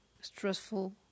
stressful